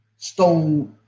stole